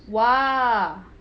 !wah!